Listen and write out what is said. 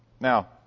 Now